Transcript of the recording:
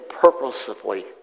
purposefully